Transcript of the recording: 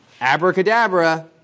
abracadabra